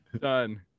done